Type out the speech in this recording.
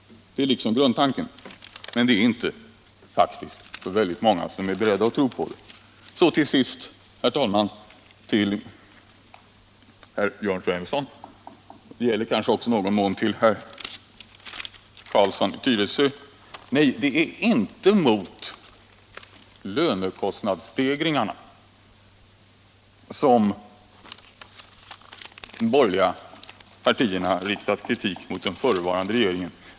Detta är grundtanken, men det är faktiskt inte så många som är beredda att tro på det. Slutligen, herr talman, till herr Jörn Svensson och kanske i någon mån även till herr Carlsson i Tyresö: Nej, det är inte för lönekostnadsstegringarna som de borgerliga partierna riktat kritik mot den tidigare regeringen.